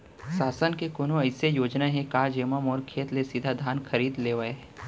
शासन के कोनो अइसे योजना हे का, जेमा मोर खेत ले सीधा धान खरीद लेवय?